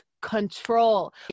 Control